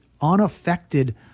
unaffected